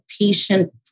patient